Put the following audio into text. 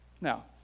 Now